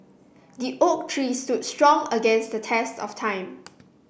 the oak tree stood strong against the test of time